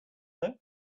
though